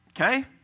okay